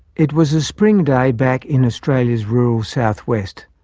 it was a spring day back in australia's rural south west,